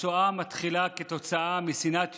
השואה מתחילה כתוצאה משנאת יהודים,